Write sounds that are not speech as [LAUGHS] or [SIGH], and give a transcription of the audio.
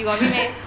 [LAUGHS]